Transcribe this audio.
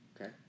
Okay